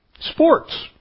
Sports